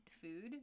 food